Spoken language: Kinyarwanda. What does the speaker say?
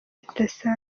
zidasanzwe